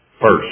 First